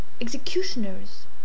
executioners